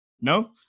No